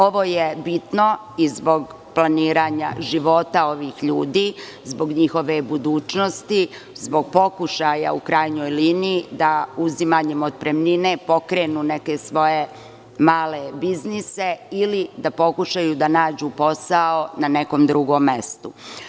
Ovo je bitno i zbog planiranja života ovih ljudi, zbog njihove budućnosti, zbog pokušaja u krajnjoj liniji, da uzimanjem otpremnine pokrenu neke svoje male biznise, ili da pokušaju da nađu posao na nekom drugom mestu.